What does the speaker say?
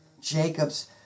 Jacob's